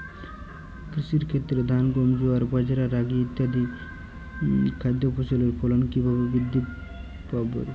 কৃষির ক্ষেত্রে ধান গম জোয়ার বাজরা রাগি ইত্যাদি খাদ্য ফসলের ফলন কীভাবে বৃদ্ধি পাবে?